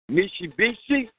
Mitsubishi